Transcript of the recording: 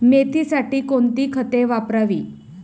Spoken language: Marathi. मेथीसाठी कोणती खते वापरावी?